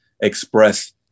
express